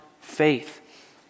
faith